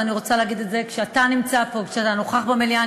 אז אני רוצה להגיד את זה כשאתה נמצא פה וכשאתה נוכח במליאה.